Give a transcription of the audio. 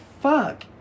fuck